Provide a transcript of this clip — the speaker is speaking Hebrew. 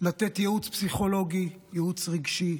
לתת ייעוץ פסיכולוגי, ייעוץ רגשי,